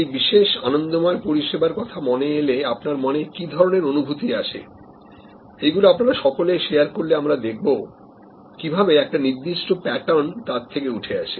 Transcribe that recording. সেই বিশেষ আনন্দময় পরিষেবার কথা মনে এলে আপনার মনে কি ধরনের অনুভূতি আসে এইগুলি আপনারা সকলে শেয়ার করলে আমরা দেখব কিভাবে একটা নির্দিষ্ট প্যাটার্ন তার থেকে উঠে আসে